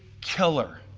killer